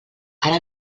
ara